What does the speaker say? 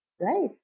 Right